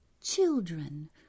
children